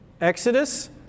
Exodus